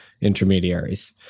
intermediaries